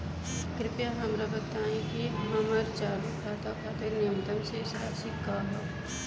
कृपया हमरा बताइं कि हमर चालू खाता खातिर न्यूनतम शेष राशि का ह